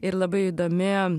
ir labai įdomi